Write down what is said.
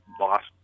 lost